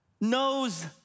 knows